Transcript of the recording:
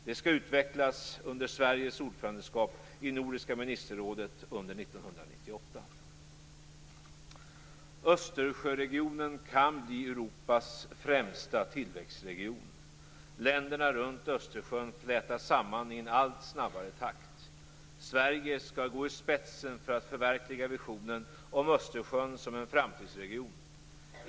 Det skall utvecklas under Sveriges ordförandeskap i Nordiska ministerrådet under 1998. Östersjöregionen kan bli Europas främsta tillväxtregion. Länderna runt Östersjön flätas samman i en allt snabbare takt. Sverige skall gå i spetsen för att förverkliga visionen om Östersjön som en framtidsregion.